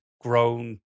grown